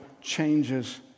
changes